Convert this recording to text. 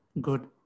good